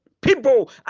people